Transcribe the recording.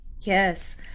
Yes